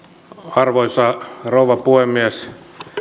arvoisa rouva puhemies